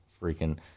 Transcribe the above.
freaking